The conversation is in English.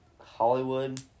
Hollywood